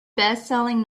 bestselling